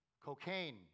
cocaine